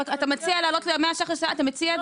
אתה מציע את זה כאן?